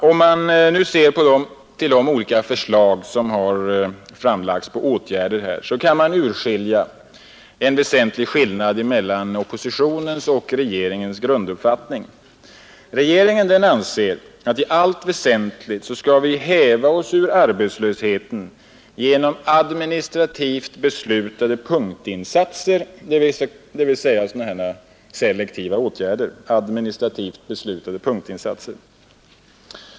Om man nu ser till de olika förslag till åtgärder som framlagts kan man urskilja en väsentlig skillnad mellan oppositionens och regeringens grunduppfattning. Regeringen anser att vi i allt väsentligt skall häva oss ur arbetslösheten genom administrativt beslutade punktinsatser, s.k. selektiva åtgärder.